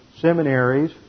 seminaries